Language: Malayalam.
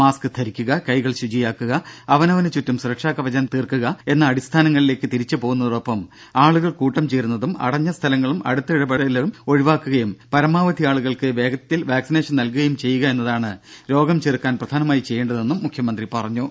മാസ്ക് ധരിക്കുക കൈകൾ ശുചിയാക്കുക അവനവന് ചുറ്റും സുരക്ഷാ കവചം തീർക്കുക എന്ന അടിസ്ഥാനങ്ങളിലേക്ക് തിരിച്ചു പോവുന്നതോടൊപ്പം ആളുകൾ കൂട്ടം ചേരുന്നതും അടഞ്ഞ സ്ഥലങ്ങളും അടുത്തിടപഴകലും ഒഴിവാക്കുകയും പരമാവധി ആളുകൾക്ക് വേഗത്തിൽ വാക്സിനേഷൻ നൽകുകയും ചെയ്യുക എന്നതാണ് രോഗം ചെറുക്കാൻ പ്രധാനമായി ചെയ്യേണ്ടതെന്നും മുഖ്യമന്ത്രി പറഞ്ഞു